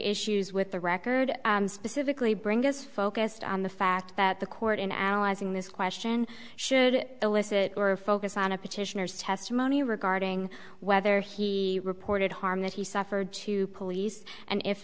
issues with the record specifically bring us focused on the fact that the court in allies in this question should elicit or focus on a petitioners testimony regarding whether he reported harm that he suffered to police and if